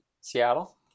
Seattle